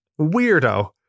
weirdo